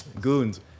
goons